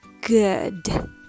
good